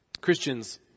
Christians